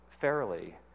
fairly